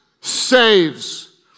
saves